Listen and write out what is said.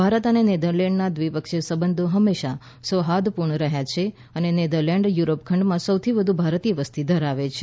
ભારત અને નેધરલેંડના દ્વિપક્ષીય સંબંધો હંમેશા સૌહાર્દપૂર્ણ રહ્યા છે અને નેધરલેન્ડ યુરોપ ખંડમાં સૌથી વધુ ભારતીય વસ્તી ધરાવે છે